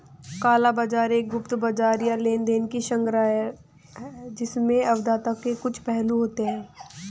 काला बाजार एक गुप्त बाजार या लेनदेन की श्रृंखला है जिसमें अवैधता के कुछ पहलू होते हैं